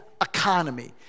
economy